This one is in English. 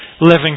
living